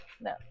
no